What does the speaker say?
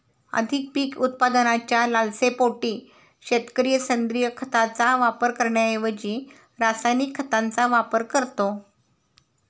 अधिक पीक उत्पादनाच्या लालसेपोटी शेतकरी सेंद्रिय खताचा वापर करण्याऐवजी रासायनिक खतांचा वापर करतो